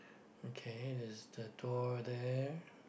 okay there's the door there